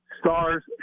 stars